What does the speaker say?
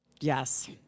Yes